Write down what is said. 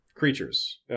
creatures